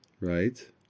right